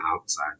outside